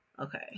Okay